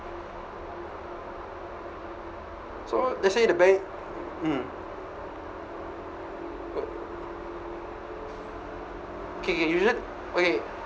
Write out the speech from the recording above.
so let's say the bank mm oh okay okay you t~ okay